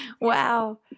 Wow